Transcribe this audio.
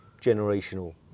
generational